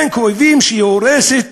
כן כואבים שהיא הורסת